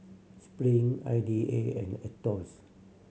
Spring I D A and Aetos